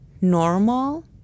normal